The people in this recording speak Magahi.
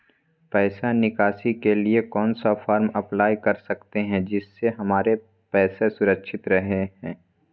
पैसा निकासी के लिए कौन सा फॉर्म अप्लाई कर सकते हैं जिससे हमारे पैसा सुरक्षित रहे हैं?